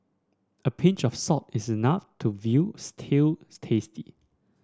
a pinch of salt is enough to veal stew's tasty